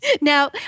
Now